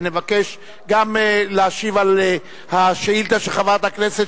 נבקש להשיב גם על השאילתא של חברת הכנסת